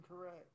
correct